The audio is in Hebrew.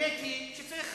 האמת היא שצריך